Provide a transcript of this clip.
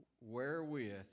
wherewith